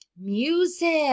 music